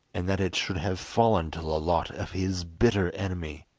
and that it should have fallen to the lot of his bitter enemy.